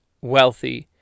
wealthy